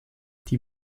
die